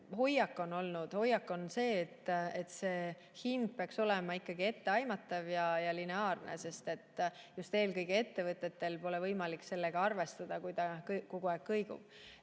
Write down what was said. hoiak on olnud? Hoiak on see, et hind peaks olema ikkagi etteaimatav ja lineaarne, sest just eelkõige ettevõtetel pole võimalik arvestada sellega, et hind kogu aeg kõigub.